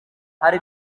hari